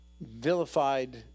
vilified